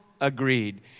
agreed